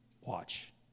Watch